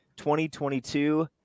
2022